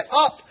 up